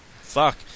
fuck